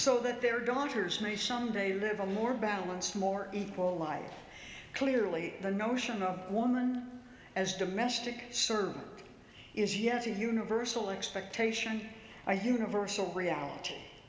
so that their daughters may someday live a more balanced more equal life clearly the notion of woman as domestic servant is yet a universal expectation or universal reality